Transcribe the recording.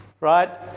right